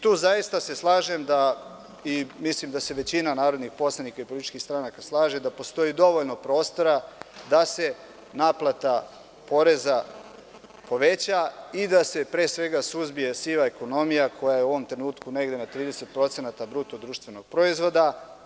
Tu se zaista slažem da i mislim da se većina narodnih poslanika i političkih stranaka slaže da postoji dovoljno prostora da se naplata poreza poveća i da se pre svega suzbije siva ekonomija, koja je u ovom trenutku negde na 30% bruto društvenog proizvoda.